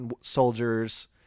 soldiers